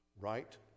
right